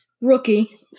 rookie